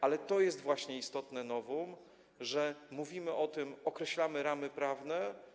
Ale to jest właśnie istotne novum, że mówimy o tym, określamy ramy prawne.